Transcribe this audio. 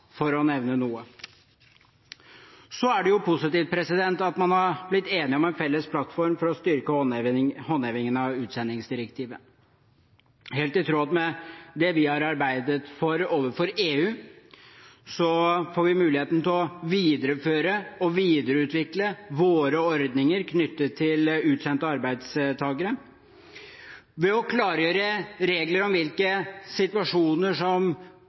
for å nevne noe. Så er det positivt at man er blitt enig om en felles plattform for å styrke håndhevingen av utsendingsdirektivet. Helt i tråd med det vi har arbeidet for overfor EU, får vi muligheten til å videreføre og videreutvikle våre ordninger knyttet til utsendte arbeidstakere. Ved å klargjøre reglene for hvilke situasjoner dette omfatter, som